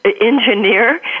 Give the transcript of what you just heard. engineer